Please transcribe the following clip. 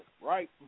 right